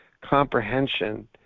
comprehension